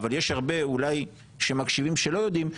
אבל יש הרבה אולי שמקשיבים שלא יודעים,